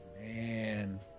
Man